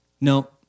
No